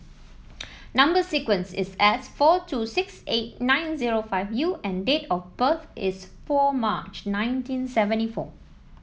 number sequence is S four two six eight nine zero five U and date of birth is four March nineteen seventy four